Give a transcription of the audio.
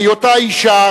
היותה אשה,